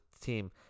team